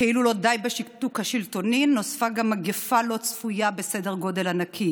וכאילו לא די בשיתוק השלטוני נוספה גם מגפה לא צפויה בסדר גודל ענק,